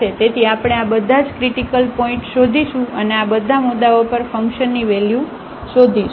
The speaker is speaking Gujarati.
તેથી આપણે આ બધા જ ક્રિટીકલ પોઇન્ટcritical points શોધીશું અને આ બધા મુદ્દાઓ પર ફંકશનની વેલ્યુ શોધીશું